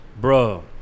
Bro